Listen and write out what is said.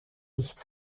nicht